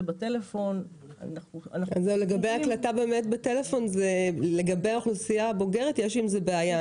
בטלפון --- לגבי הקלטה בטלפון לגבי האוכלוסייה הבוגרת יש עם זה בעיה.